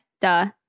Duh